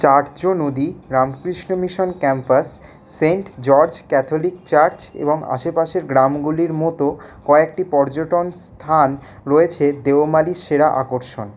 চাটজো নদী Ramakrishna Mission campus saint George Catholic church এবং আশেপাশের গ্রামগুলির মতো কয়েকটি পর্যটন স্থান রয়েছে দেওমালির সেরা আকর্ষণ